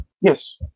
Yes